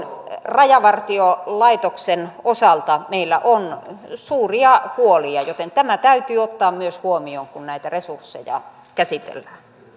rajavartiolaitoksen osalta meillä on suuria huolia joten tämä täytyy ottaa myös huomioon kun näitä resursseja käsitellään